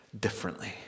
differently